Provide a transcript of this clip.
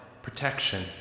protection